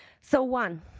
so, one,